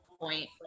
point